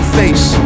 face